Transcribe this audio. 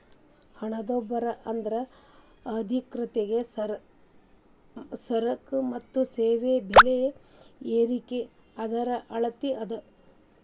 ಹಣದುಬ್ಬರ ಅಂದ್ರ ಆರ್ಥಿಕತೆಯ ಸರಕ ಮತ್ತ ಸೇವೆಗಳ ಬೆಲೆ ಏರಿಕಿ ದರದ ಅಳತಿ ಅದ